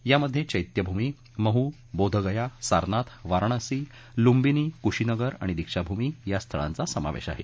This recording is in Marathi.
यामध्ये चैत्यभूमी महू बोधगया सारनाथ वाराणसी लुंबिनी क्शीनगरआणि दीक्षाभूमी या स्थळांचा समावेश आहे